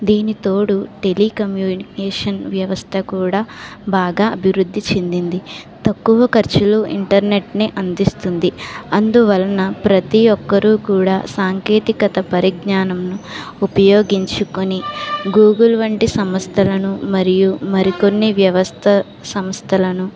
దీని తోడు టెలికమ్యూనికేషన్ వ్యవస్థ కూడా బాగా అభివృద్ధి చెందింది తక్కువ ఖర్చులో ఇంటర్నెట్ని అందిస్తుంది అందువలన ప్రతి ఒక్కరు కూడా సాంకేతికత పరిజ్ఞానం ఉపయోగించుకొని గూగుల్ వంటి సంస్థలను మరియు మరికొన్ని వ్యవస్థ సంస్థలను